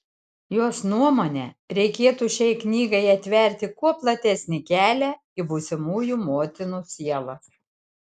jos nuomone reikėtų šiai knygai atverti kuo platesnį kelią į būsimųjų motinų sielas